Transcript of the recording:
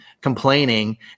complaining